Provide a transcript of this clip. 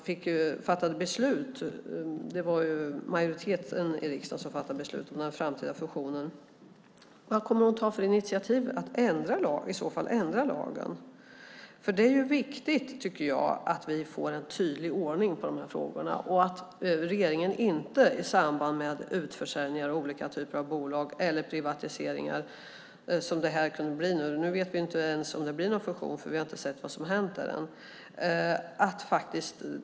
Om nu Maud Olofsson inte kände till lagen som riksdagen fattade beslut om, vilka initiativ kommer hon i så fall att ta för att ändra lagen? Jag tycker att det är viktigt att vi får en tydlig ordning i de här frågorna. Regeringen kan inte bortse från det i samband med utförsäljningar av olika bolag, eller privatiseringar som det här kan bli. Nu vet vi inte ens om det blir någon fusion. Vi har inte sett vad som hänt där än.